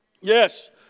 Yes